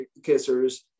kissers